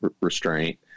restraint